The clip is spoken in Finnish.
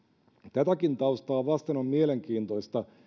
tätäkin taustaa vasten on mielenkiintoista